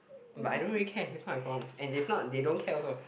but I don't really care that's not my problem and is not they don't care also